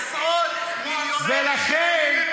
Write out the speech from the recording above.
עשרות מיליוני שקלים, ולכן,